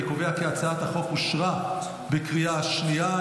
אני קובע כי הצעת החוק אושרה בקריאה שנייה.